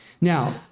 Now